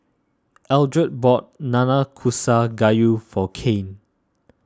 Eldred bought Nanakusa Gayu for Cain